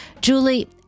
Julie